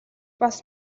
бас